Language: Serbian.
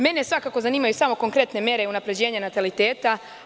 Mene svakako zanimaju samo konkretne mere unapređenja nataliteta.